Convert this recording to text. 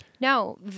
No